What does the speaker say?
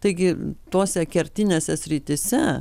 taigi tose kertinėse srityse